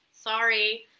sorry